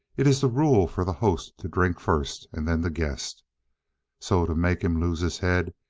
it is the rule for the host to drink first and then the guest so to make him lose his head,